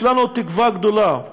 יש לנו תקווה גדולה,